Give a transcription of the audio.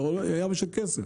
זה עולה ים של כסף.